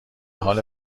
حال